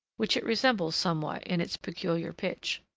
which it resembles somewhat in its peculiar pitch.